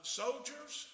soldiers